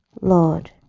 lord